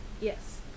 Yes